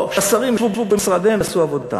או שהשרים ישבו במשרדיהם ויעשו עבודתם.